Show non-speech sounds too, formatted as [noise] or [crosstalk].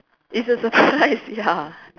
it's a surprise [laughs] ya